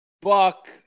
Buck